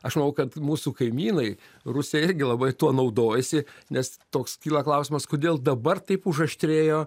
aš manau kad mūsų kaimynai rusija irgi labai tuo naudojasi nes toks kyla klausimas kodėl dabar taip užaštrėjo